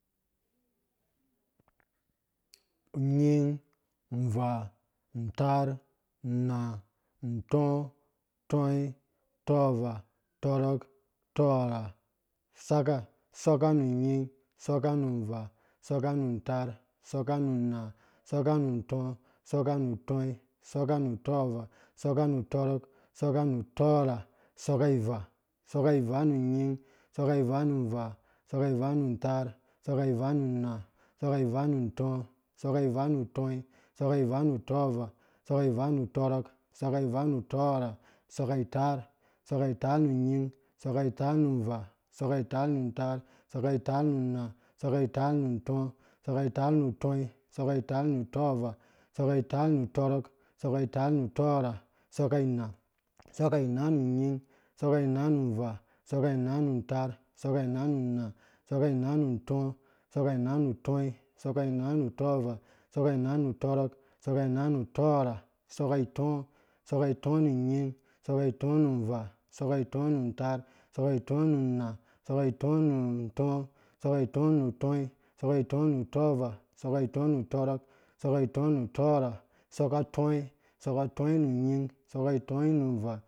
unying unvaa untaa unna untɔɔ tɔi tɔɔva tɔrɔk tɔɔrha sɔkka sɔkka nu nying sɔkka nu uvaa sɔkka nu n ntaar sɔkka nu nna, sɔkka nu tɔɔva, sɔkka nu tɔrok, sɔkka nu tɔɔrha, isɔkka ivaa, isɔkka ivaa nu nying, isɔkka ivaa nu unvaa, isɔkka ivaa nu ntaar, isɔkka ivaa nu nma, isɔkkai vaa nu ntɔɔ, isɔkka aivaa nu tɔrɔk, isɔkka ivaa nu utɔorha, isɔkka itaar, isɔkka itaar nu nying isɔkka itaar nu nvaa, isɔkka itaar nu ntaar, isɔkka itaar nu nna. l isɔkka itaar nu ntɔ, isɔkka itaar nu tɔi, isɔkka itaar nu utɔovaa, isɔkka itaar nu tɔrɔki, isɔkka itaar nu utɔɔrha, isɔkka ina isɔkka ina mu nying, isokka ina nu nvaa, isɔkka ina nu tɔi, isɔkka nu ɔtɔrok isɔkka ina nu utɔɔrha, isɔkka itɔɔ nu nying, isɔkka itɔɔ nu nvaa isɔkka itɔɔ nu ntaar, isɔkka itɔɔ nu nna, isɔkkai itɔɔ nuntɔɔ isɔkka itɔɔ nu utɔi, isɔkka itɔɔ nu utɔɔvaa, isɔkka itɔɔ nu tɔrok isɔkka itɔɔ nu utɔɔrha, isɔkka tɔi, isɔkkatɔi nu nying, isɔkka tɔi nu nvaa.